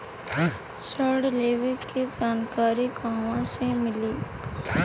ऋण लेवे के जानकारी कहवा से मिली?